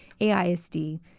AISD